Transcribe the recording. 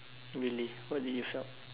really what do you felt